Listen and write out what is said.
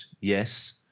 yes